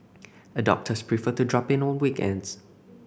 adopters prefer to drop in on weekends